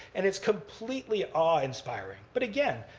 and it's completely awe-inspiring. but again,